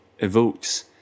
evokes